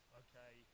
okay